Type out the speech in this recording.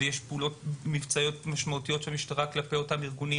יש פעולות מבצעיות משמעותיות של המשטרה כלפי אותם ארגונים.